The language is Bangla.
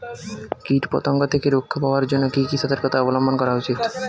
কীটপতঙ্গ থেকে রক্ষা পাওয়ার জন্য কি কি সর্তকতা অবলম্বন করা উচিৎ?